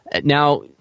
Now